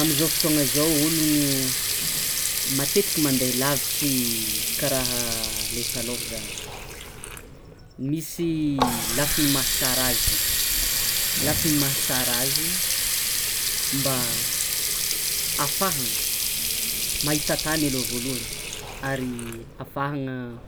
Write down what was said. Amizao fotoana zao ologno matetiky mande lavitry karaha le taloha zany, misy lafiny mahatsara azy, lafiny mahatsara azy, mba afahana mahita tany aloh voalohany ary afahana